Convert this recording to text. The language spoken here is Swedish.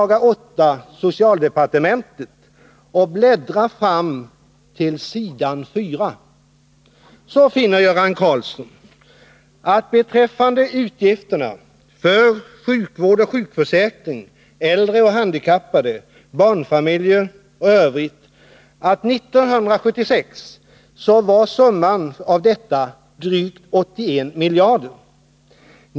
8 som avser socialdepartementet och läser på s. 4, så skall han finna i en tabell över utgifterna, som är uppdelade på Sjukvård och sjukförsäkring, Äldre och handikappade, Barnfamiljer och Övrigt, att summan för dessa utgifter 1976 var 81 miljarder.